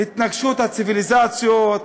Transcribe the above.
"התנגשות הציוויליזציות",